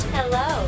Hello